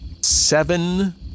seven